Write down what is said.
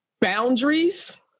boundaries